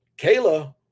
kayla